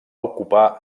ocupar